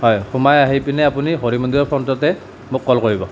হয় সোমাই আহি পিনে আপুনি হৰি মন্দিৰৰ ফ্ৰণ্টতে মোক কল কৰিব